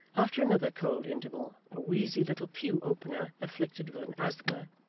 after another cold interval, a wheezy little pew-opener afflicted with an asthma,